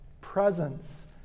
presence